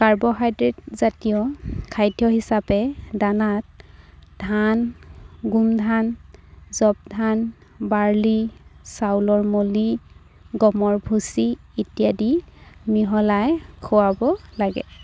carbohydrate জাতীয় খাদ্য হিচাপে দানাত ধান গোমধান জৱ ধান বাৰ্লি চাউলৰ মলি গমৰ ভুচি ইত্যাদি মিহলাই খুৱাব লাগে